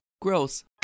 Gross